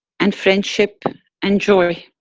and friendship and joy.